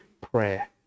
prayer